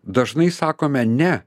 dažnai sakome ne